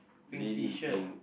pink Tshirt